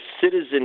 citizen